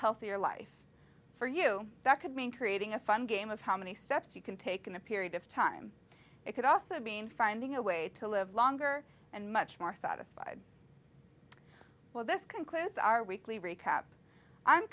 healthier life for you that could mean creating a fun game of how many steps you can take in a period of time it could also be in finding a way to live longer and much more satisfied well this concludes our weekly recap i'm